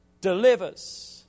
delivers